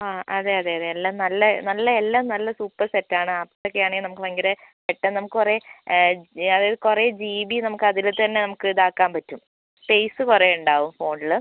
ആ അതെ അതെ അതെ എല്ലം നല്ല നല്ല എല്ലാം നല്ല സൂപ്പർ സെറ്റ് ആണ് ആപ്പ്സ് ഒക്കെ ആണെങ്കിൽ നമുക്ക് ഭയങ്കര പെട്ടെന്ന് നമുക്ക് കുറേ അതായത് കുറേ ജി ബി നമുക്ക് അതിൽ തന്നെ നമുക്ക് ഇതാക്കാൻ പറ്റും സ്പേസ് കുറേ ഉണ്ടാവും ഫോണിൽ